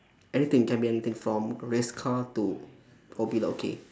anything can be anything from race car to oh billiard okay